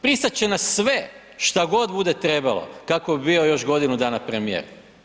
Pristat će na sve što god bude trebalo kako bi bio još godinu dana premijer.